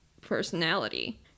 personality